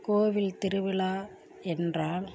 கோவில் திருவிழா என்றால்